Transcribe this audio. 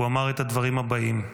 הוא אמר את הדברים האלה: